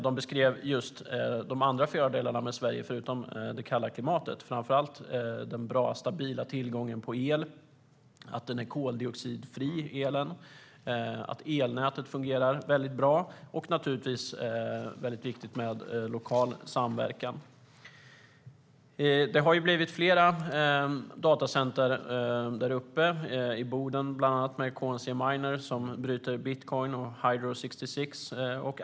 De beskrev fördelarna med Sverige förutom det kalla klimatet, framför allt den stabila tillgången på el, att elen är koldioxidfri och att elnätet fungerar väldigt bra. Och det är naturligtvis väldigt viktigt med lokal samverkan. Det har blivit flera datacenter där uppe. I Boden finns bland annat KNC Miner som bryter bitcoin och Hydro 66.